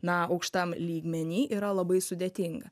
na aukštam lygmeny yra labai sudėtinga